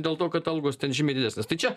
dėl to kad algos ten žymiai didesnės tai čia